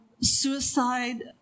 suicide